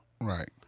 Right